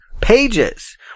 Pages